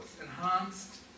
enhanced